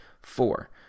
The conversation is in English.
four